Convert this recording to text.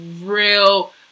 real